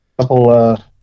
couple